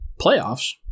playoffs